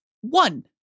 one